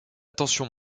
tension